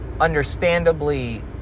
understandably